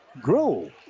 Grow